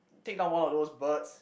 take down one of those birds